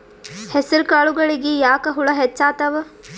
ಹೆಸರ ಕಾಳುಗಳಿಗಿ ಯಾಕ ಹುಳ ಹೆಚ್ಚಾತವ?